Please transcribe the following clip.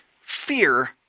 fear